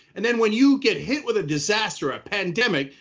and then when you get hit with a disaster or a pandemic,